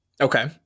Okay